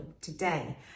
Today